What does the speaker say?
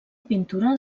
pintura